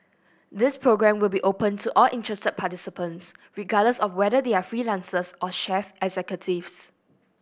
this programme will be open to all interested participants regardless of whether they are freelancers or chief executives